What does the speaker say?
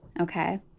Okay